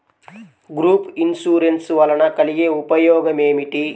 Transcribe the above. Group insurance వలన కలిగే ఉపయోగమేమిటీ?